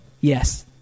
Yes